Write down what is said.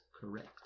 correct